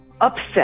upset